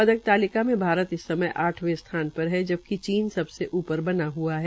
पदक तालिका में भारत इस समय आठवें स्थान पर ही है जबकि चीन सबसे उपर बना हआ है